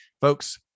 folks